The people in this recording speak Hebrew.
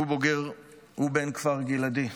הוא בן כפר גלעדי.